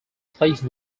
placed